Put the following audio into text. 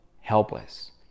helpless